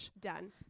done